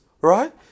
right